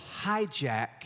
hijack